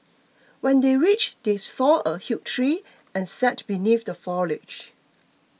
when they reached they saw a huge tree and sat beneath the foliage